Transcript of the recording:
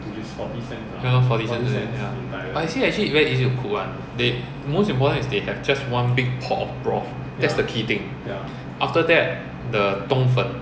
ya lor forty cents but you see actually very easy to cook [one] they most important is they have just one big pot of broth that's the key thing after that the 冬粉